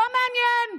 לא מעניין.